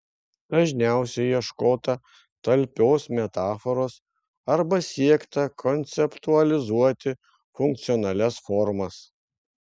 dažniausiai ieškota talpios metaforos arba siekta konceptualizuoti funkcionalias formas